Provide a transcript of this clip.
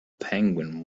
penguin